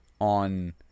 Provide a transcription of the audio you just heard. On